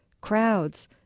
crowds